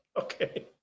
Okay